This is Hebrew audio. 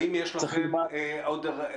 האם יש לכם גם פילוח של הנתונים לפי אזורים בארץ,